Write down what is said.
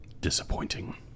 disappointing